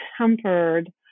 tempered